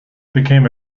became